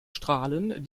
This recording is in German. strahlen